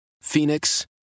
Phoenix